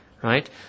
Right